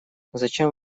зачем